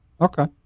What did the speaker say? Okay